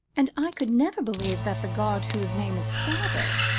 and i could never believe that the god whose name is father,